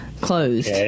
closed